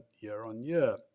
year-on-year